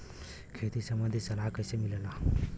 खेती संबंधित सलाह कैसे मिलेला?